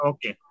Okay